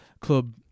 club